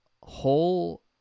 whole